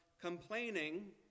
complaining